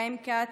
חיים כץ,